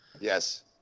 Yes